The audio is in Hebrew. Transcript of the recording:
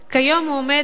כיום הוא עומד,